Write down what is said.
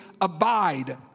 abide